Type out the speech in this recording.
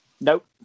Nope